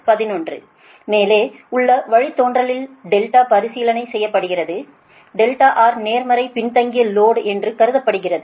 IRcos RXsin R VR 100 மேலே உள்ள வழித்தோன்றலில் பரிசீலனை செய்யப்படுகிறது R நேர்மறை பின்தங்கிய லோடு என்று கருதப்படுகிறது